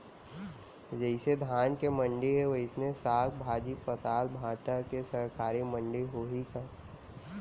जइसे धान के मंडी हे, वइसने साग, भाजी, पताल, भाटा के सरकारी मंडी होही का?